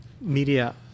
media